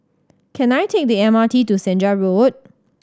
can I take the M R T to Senja Road